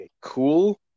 cool